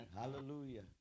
Hallelujah